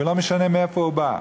ולא משנה מאיפה הוא בא.